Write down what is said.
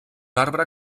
arbre